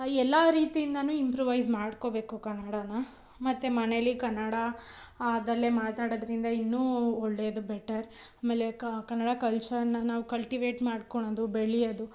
ಎಲ್ಲ ರೀತಿಯಿಂದಲೂ ಇಂಪ್ರೂವೈಸ್ ಮಾಡ್ಕೋಬೇಕು ಕನ್ನಡಾನ ಮತ್ತು ಮನೆಯಲ್ಲಿ ಕನ್ನಡ ದಲ್ಲೇ ಮಾತಾಡೋದರಿಂದ ಇನ್ನೂ ಒಳ್ಳೆಯದು ಬೆಟರ್ ಆಮೇಲೆ ಕನ್ನಡ ಕಲ್ಚರನ್ನ ನಾವು ಕಲ್ಟಿವೇಟ್ ಮಾಡ್ಕೊಳೋದು ಬೆಳಿಯೋದು